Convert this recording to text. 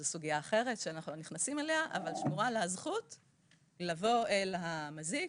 זו סוגייה אחרת שאנחנו לא נכנסים אליה לבוא אל המזיק